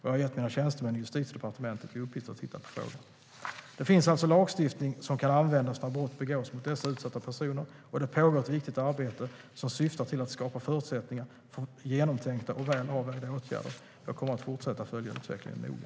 Jag har gett mina tjänstemän i Justitiedepartementet i uppgift att titta på frågan. Det finns alltså lagstiftning som kan användas när brott begås mot dessa utsatta personer, och det pågår ett viktigt arbete som syftar till att skapa förutsättningar för genomtänkta och väl avvägda åtgärder. Jag kommer att fortsätta att följa utvecklingen noga.